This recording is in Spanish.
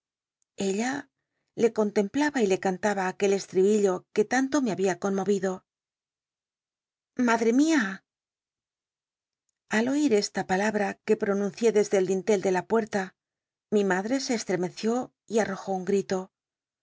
ella te contemplaba y le cantaba aquel estribillo que tanto me babia conmovido iladre mia al oir esta palabra que pronuncié desde el dintel de la puerta mi madre se estremeció y arr ojó un grito